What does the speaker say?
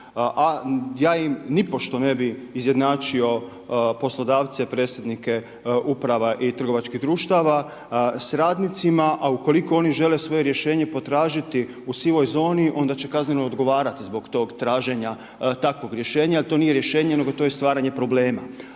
ja im nipošto ne bi izjednačio poslodavce, predsjednike uprava i trgovačkih društava s radnicima. A ukoliko oni žele svoje rješenje potražiti u sivoj zoni onda će kazneno odgovarati zbog tog traženja takvog rješenje jel to nije rješenje, nego je to stvaranje problema.